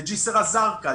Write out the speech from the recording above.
לג'יסר א זרקא,